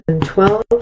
twelve